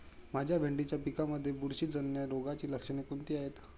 माझ्या भेंडीच्या पिकामध्ये बुरशीजन्य रोगाची लक्षणे कोणती आहेत?